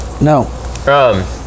No